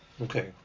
okay